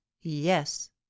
yes